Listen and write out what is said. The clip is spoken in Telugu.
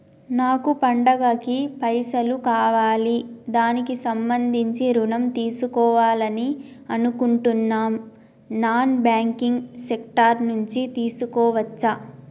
నాకు పండగ కి పైసలు కావాలి దానికి సంబంధించి ఋణం తీసుకోవాలని అనుకుంటున్నం నాన్ బ్యాంకింగ్ సెక్టార్ నుంచి తీసుకోవచ్చా?